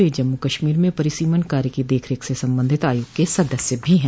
वे जम्मू कश्मीर में परिसीमन कार्य की देखरेख से संबंधित आयोग के सदस्य भी हैं